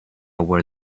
where